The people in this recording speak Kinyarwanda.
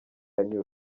anyura